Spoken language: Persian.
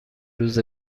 روز